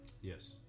Yes